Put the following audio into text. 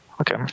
Okay